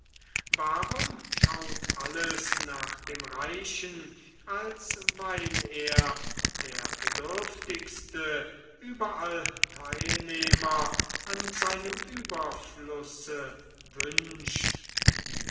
warum schaut alles nach dem reichen als weil er der bedürftigste überall teilnehmer an seinem überflusse wünscht